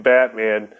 Batman